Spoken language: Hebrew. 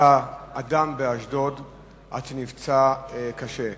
הוכה אדם באשדוד עד שנפצע קשה.